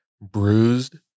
bruised